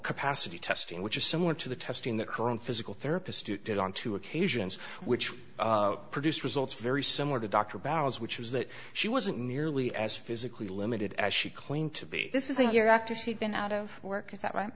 capacity testing which is similar to the testing that current physical therapist who did on two occasions which produced results very similar to dr bowers which was that she wasn't nearly as physically limited as she claimed to be this was a year after she'd been out of work is that right